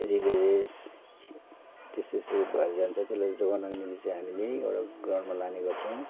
relay race त्यस् त्यस्तो भएर जान्छ त्यसलाई जोगाउनको निम्ति चाहिँ हामीले एउटा ग्राउन्डमा लाने गर्छौँ